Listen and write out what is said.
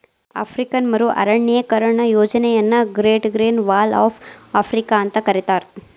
African ಮರು ಅರಣ್ಯೇಕರಣ ಯೋಜನೆಯನ್ನ great green wall of Africa ಅಂತ ಕರೇತಾರ